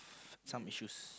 some issues